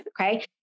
okay